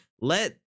Let